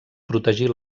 protegir